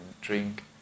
drink